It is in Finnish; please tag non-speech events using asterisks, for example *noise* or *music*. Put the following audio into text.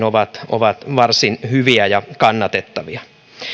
*unintelligible* ovat ovat varsin hyviä ja kannatettavia